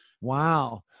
Wow